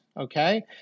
okay